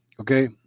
Okay